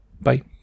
Bye